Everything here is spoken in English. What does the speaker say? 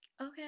okay